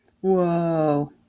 Whoa